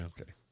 okay